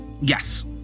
Yes